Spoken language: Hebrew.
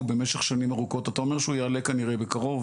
במשך שנים ארוכות ואתה אומר שהוא יעלה כנראה בקרוב